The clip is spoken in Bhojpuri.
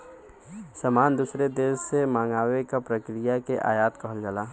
सामान दूसरे देश से मंगावे क प्रक्रिया के आयात कहल जाला